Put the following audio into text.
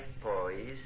poise